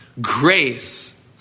Grace